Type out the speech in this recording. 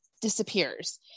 disappears